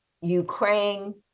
Ukraine